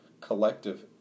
collective